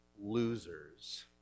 losers